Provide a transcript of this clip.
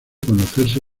conocerse